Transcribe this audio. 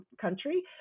country